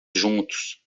juntos